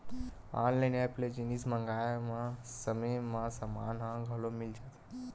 online app ले जिनिस मंगाए म समे म समान ह घलो मिल जाथे